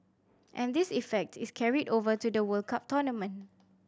and this effect is carried over to the World Cup tournament